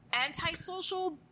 anti-social